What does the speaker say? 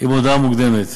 עם הודעה מוקדמת.